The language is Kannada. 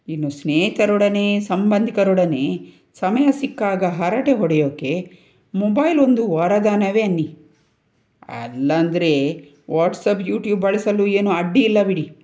ಇನ್ನು ಸ್ನೇಹಿತರೊಡನೆ ಸಂಬಂಧಿಕರೊಡನೆ ಸಮಯ ಸಿಕ್ಕಾಗ ಹರಟೆ ಹೊಡೆಯೋಕ್ಕೆ ಮೊಬೈಲ್ ಒಂದು ವರದಾನವೇ ಅನ್ನಿ ಅಲ್ಲಂದರೆ ವಾಟ್ಸಾಪ್ ಯೂಟ್ಯೂಬ್ ಬಳಸಲು ಏನೂ ಅಡ್ಡಿಯಿಲ್ಲ ಬಿಡಿ